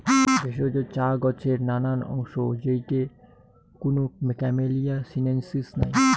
ভেষজ চা গছের নানান অংশ যেইটে কুনো ক্যামেলিয়া সিনেনসিস নাই